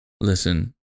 listen